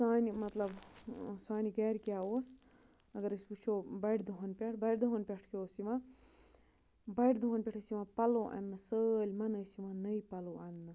سانہِ مطلب سانہِ گَرِ کیٛاہ اوس اگر أسۍ وٕچھو بَڑِ دۄہَن پٮ۪ٹھ بَڑِ دۄہَن پٮ۪ٹھ کیٛاہ اوس یِوان بَڑِ دۄہَن پٮ۪ٹھ ٲسۍ یِوان پَلو اَننہٕ سٲلمَن ٲسۍ یِوان نٔے پَلو اَننہٕ